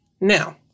Now